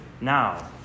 now